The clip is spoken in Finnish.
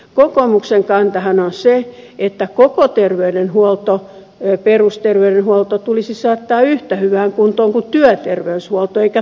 kokoomuksen kantahan on se että koko perusterveydenhuolto tulisi saattaa yhtä hyvään kuntoon kuin työterveyshuolto eikä päinvastoin